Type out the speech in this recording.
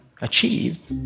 achieved